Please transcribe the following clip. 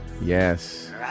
Yes